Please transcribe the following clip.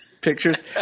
Pictures